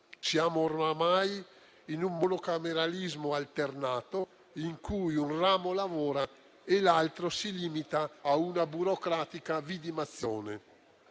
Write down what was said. Siamo ormai in un monocameralismo alternato, in cui un ramo lavora e l'altro si limita a una burocratica vidimazione.